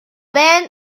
band